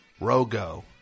Rogo